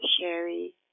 Sherry